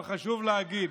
אבל חשוב להגיד,